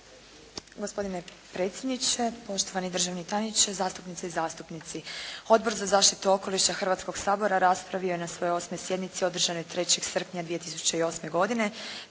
Gospodine predsjedniče, poštovani državni tajniče, zastupnice i zastupnici. Odbor za zaštitu okoliša Hrvatskog sabora raspravio je na svojoj 8. sjednici održanoj 3. srpnja 2008. godine